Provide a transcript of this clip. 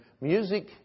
music